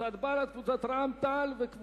אנחנו